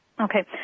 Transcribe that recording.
Okay